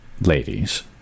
ladies